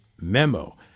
memo